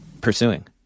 pursuing